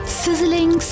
sizzling